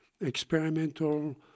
experimental